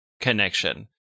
connection